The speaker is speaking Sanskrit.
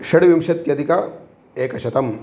षड्विंशत्यधिक एकशतम्